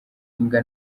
mbwa